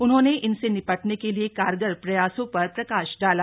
उन्होंने इनसे निपटने के लिए कारगर प्रयासों पर प्रकाश डाला